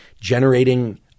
generating